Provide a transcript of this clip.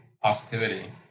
positivity